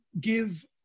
give